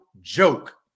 joke